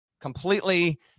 Completely